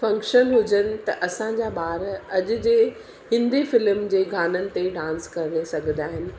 function हुजनि त असांजा ॿार अॼु जे हिंदी फिलिम जे गाननि ते डांस करे सघंदा आहिनि